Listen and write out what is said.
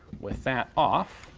with that off,